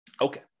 Okay